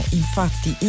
infatti